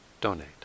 donate